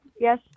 yes